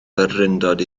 bererindod